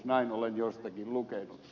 näin olen jostakin lukenut